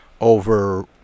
over